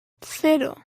cero